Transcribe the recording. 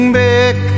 back